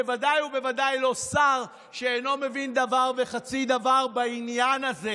ודאי ובוודאי לא שר שאינו מבין דבר וחצי דבר בעניין הזה.